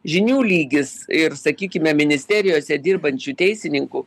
žinių lygis ir sakykime ministerijose dirbančių teisininkų